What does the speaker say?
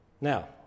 now